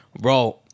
Bro